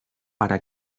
para